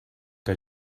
que